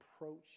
approach